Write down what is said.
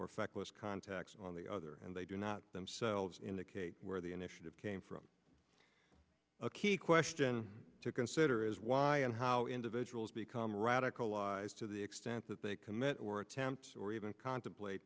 or feckless contacts on the other and they do not themselves indicate where the initiative came from a key question to consider is why and how individuals become radicalized to the extent that they commit or attempts or even contemplate